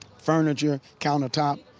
furniture, countertop,